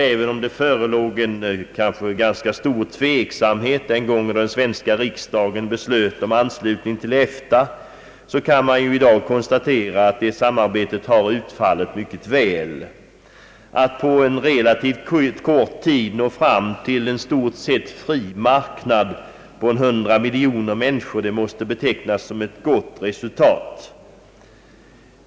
även om det förelåg ganska stor tveksamhet den gången då den svenska riksdagen beslöt om anslutning till EFTA, kan man nog konstatera att det samarbetet utfallit mycket väl Att på relativt kort tid nå fram till en i stort sett fri marknad på omkring 100 miljoner människor, måste betecknas som ett gott resultat.